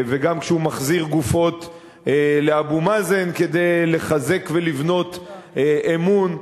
וגם כשהוא מחזיר גופות לאבו מאזן כדי לחזק ולבנות אמון,